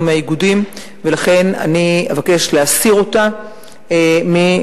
מהאיגודים ולכן אני אבקש להסיר זאת מהחוק,